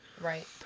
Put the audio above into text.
right